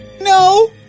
No